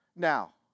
Now